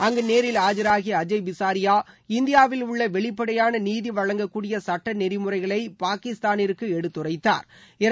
அங்கு நேரில் ஆஜராகிய அஜய் பிசாரியா இந்தியாவில் உள்ள வெளிப்படையான நீதி வழங்கக்கூடிய சுட்ட நெறிமுறைகளை பாகிஸ்தானிற்கு எடுத்துரைத்தாா்